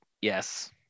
yes